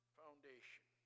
foundation